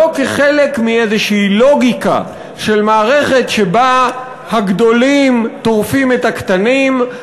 ולא כאל חלק מאיזושהי לוגיקה של מערכת שבה הגדולים טורפים את הקטנים,